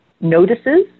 notices